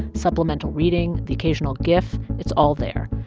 supplemental reading, the occasional gif it's all there.